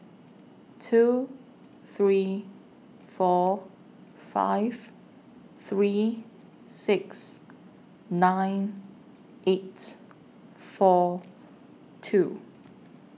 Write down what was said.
two three four five three six nine eight four two